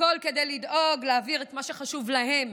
הכול כדי לדאוג להעביר את מה שחשוב להם,